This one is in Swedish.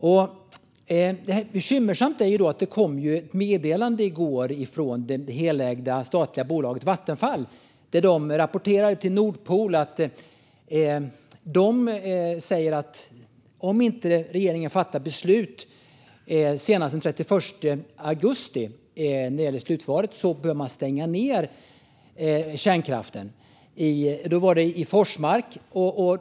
Det är bekymmersamt att det i går kom ett meddelande från det statligt helägda bolaget Vattenfall där de rapporterade till Nord Pool att om regeringen inte fattar beslut senast den 31 augusti när det gäller slutförvaret bör man stänga ned kärnkraften i Forsmark.